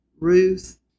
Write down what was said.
Ruth